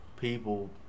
people